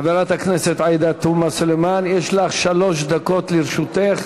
חברת הכנסת עאידה תומא סלימאן, שלוש דקות לרשותך.